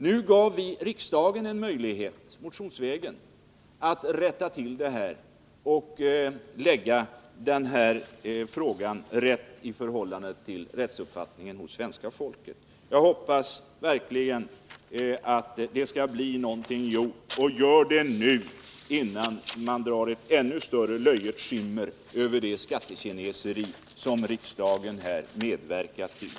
Nu gav vi motionsvägen riksdagen möjlighet att rätta till detta och lägga frågan i linje med rättsuppfattningen hos svenska folket. Jag hoppas verkligen att det skall bli någonting gjort. Och gör det nu — innan det dras ett ännu större löjets skimmer över det skattekineseri som riksdagen här medverkar till!